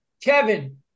Kevin